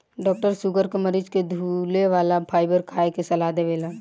doctor sugar के मरीज के धुले वाला फाइबर खाए के सलाह देवेलन